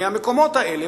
מהמקומות האלה,